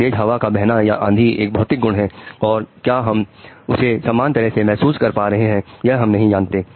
तेज हवा का बहना या आंधी एक भौतिक गुण है और क्या हम उसे समान तरह से महसूस कर पा रहे हैं यह हम नहीं जानते हैं